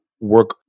work